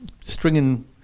stringing